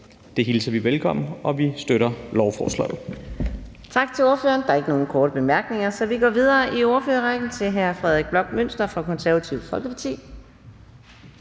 Det hilser vi velkommen, og vi støtter lovforslaget.